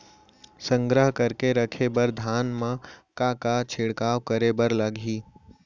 संग्रह करके रखे बर धान मा का का छिड़काव करे बर लागही?